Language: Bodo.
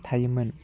थायोमोन